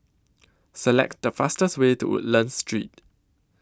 Select The fastest Way to Woodlands Street